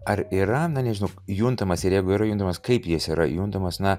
ar yra na nežinau juntamas ir jeigu yra juntamas kaip jis yra juntamas na